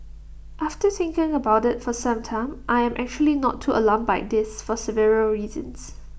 after thinking about IT for some time I am actually not too alarmed by this for several reasons